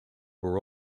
were